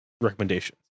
recommendations